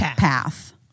path